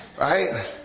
right